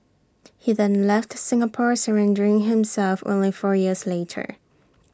he then left Singapore surrendering himself only four years later